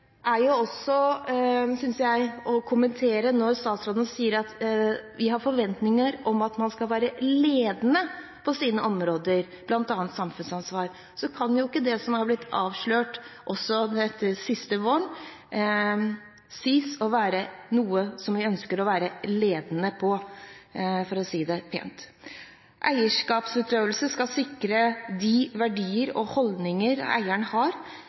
er verdt å kommentere at når statsråden sier at vi har forventninger om at man skal være ledende på sine områder, bl.a. på samfunnsansvar, så kan jo ikke det som har blitt avslørt, også dette siste, sies å være noe vi ønsker å være ledende på, for å si det pent. Eierskapsutøvelse skal sikre de verdier og holdninger eieren har,